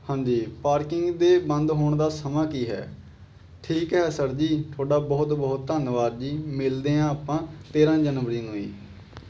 ਹਾਂਜੀ ਪਾਰਕਿੰਗ ਦੇ ਬੰਦ ਹੋਣ ਦਾ ਸਮਾਂ ਕੀ ਹੈ ਠੀਕ ਹੈ ਸਰ ਜੀ ਤੁਹਾਡਾ ਬਹੁਤ ਬਹੁਤ ਧੰਨਵਾਦ ਜੀ ਮਿਲਦੇ ਹਾਂ ਆਪਾਂ ਤੇਰਾਂ ਜਨਵਰੀ ਨੂੰ ਜੀ